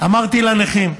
אמרתי לנכים: